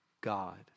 God